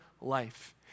life